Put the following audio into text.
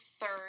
third